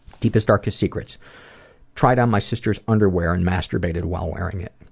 deepest, darkest secrets tried on my sister's underwear and masturbated while wearing it.